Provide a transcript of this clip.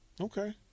Okay